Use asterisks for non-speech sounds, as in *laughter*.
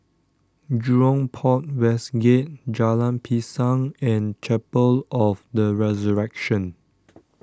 Jurong Port West Gate Jalan Pisang and Chapel of the Resurrection *noise*